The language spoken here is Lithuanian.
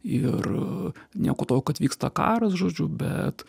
ir nieko tokio kad vyksta karas žodžiu bet